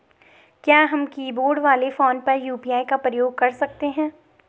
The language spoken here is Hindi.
क्या हम कीबोर्ड वाले फोन पर यु.पी.आई का प्रयोग कर सकते हैं?